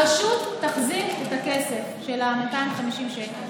הרשות תחזיר את הכסף, 250 שקל.